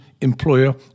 employer